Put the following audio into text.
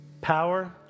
power